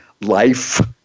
life